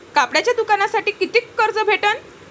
कापडाच्या दुकानासाठी कितीक कर्ज भेटन?